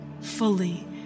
fully